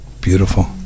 Beautiful